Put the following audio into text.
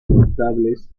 notables